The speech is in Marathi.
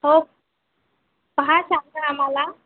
हो पाहा सांगा आम्हाला